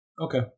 Okay